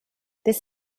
this